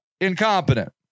incompetent